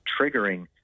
triggering